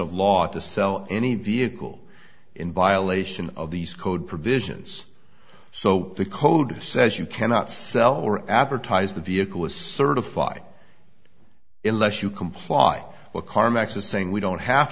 of law to sell any vehicle in violation of these code provisions so the code says you cannot sell or advertise the vehicle is certified in less you comply with carmex is saying we don't have